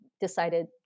decided